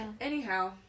anyhow